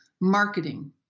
marketing